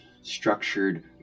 structured